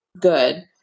good